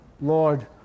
Lord